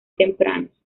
tempranos